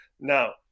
Now